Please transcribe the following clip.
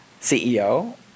CEO